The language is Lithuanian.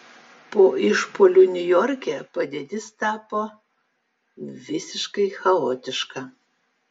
po išpuolių niujorke padėtis tapo visiškai chaotiška